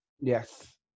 Yes